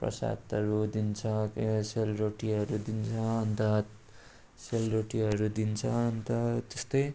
प्रसादहरू दिन्छ सेलरोटीहरू दिन्छ अन्त सेलरोटीहरू दिन्छ अन्त त्यस्तै